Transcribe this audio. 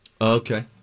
Okay